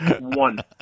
one